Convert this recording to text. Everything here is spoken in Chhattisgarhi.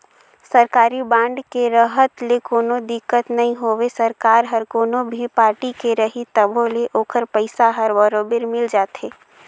सरकारी बांड के रहत ले कोनो दिक्कत नई होवे सरकार हर कोनो भी पारटी के रही तभो ले ओखर पइसा हर बरोबर मिल जाथे